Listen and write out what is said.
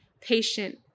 patient